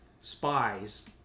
spies